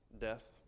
death